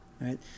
right